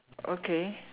okay